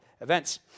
events